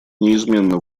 неизменно